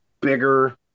bigger